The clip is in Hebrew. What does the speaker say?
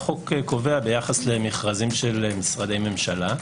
חובת המכרזים הכללית של חברות ממשלתיות,